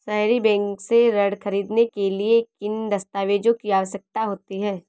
सहरी बैंक से ऋण ख़रीदने के लिए किन दस्तावेजों की आवश्यकता होती है?